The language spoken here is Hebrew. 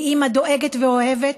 מאימא דואגת ואוהבת,